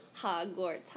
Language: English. Hogwarts